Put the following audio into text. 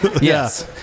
yes